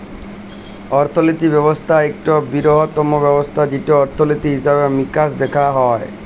অর্থলিতি ব্যবস্থা ইকট বিরহত্তম ব্যবস্থা যেটতে অর্থলিতি, হিসাব মিকাস দ্যাখা হয়